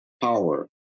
power